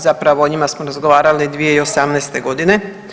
Zapravo o njima smo razgovarali 2018. godine.